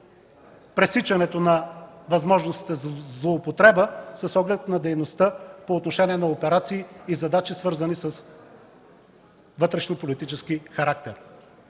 пресичането на възможностите за злоупотреба с оглед на дейността по отношение на операции и задачи, свързани с вътрешнополитически характер.